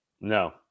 No